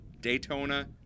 Daytona